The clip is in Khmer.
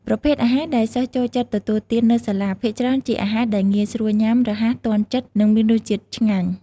ប្រភេទអាហារដែលសិស្សចូលចិត្តទទួលទាននៅសាលា ភាគច្រើនជាអាហារដែលងាយស្រួលញ៉ាំ រហ័ស ទាន់ចិត្ត និងមានរសជាតិឆ្ងាញ់។